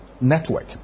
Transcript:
network